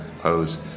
pose